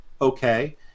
okay